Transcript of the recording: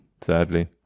sadly